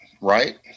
right